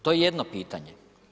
To je jedno pitanje.